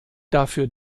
dafür